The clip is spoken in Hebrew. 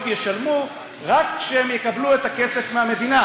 ישלמו רק כשהן יקבלו את הכסף מהמדינה,